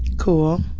cool.